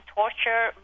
torture